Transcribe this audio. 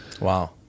Wow